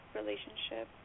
relationship